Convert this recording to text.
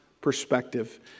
perspective